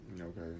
Okay